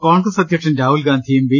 കോൺഗ്രസ് അധ്യക്ഷൻ രാഹുൽഗാന്ധിയും ബി